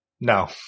No